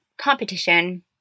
competition